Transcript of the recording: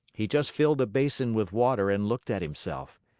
he just filled a basin with water and looked at himself.